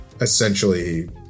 essentially